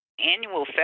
annual